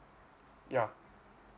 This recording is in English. yeah